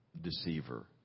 deceiver